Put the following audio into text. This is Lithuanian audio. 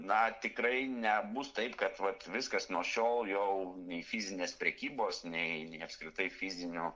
na tikrai nebus taip kad vat viskas nuo šiol jau nei fizinės prekybos nei nei apskritai fizinių